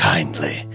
Kindly